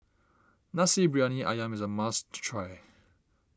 Nasi Briyani Ayam is a must try